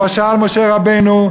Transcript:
כבר שאל משה רבנו,